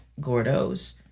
Gordo's